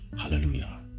Hallelujah